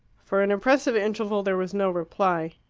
for an impressive interval there was no reply.